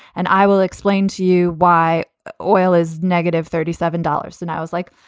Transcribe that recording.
and i will explain to you why oil is negative. thirty seven dollars. and i was like,